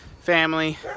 family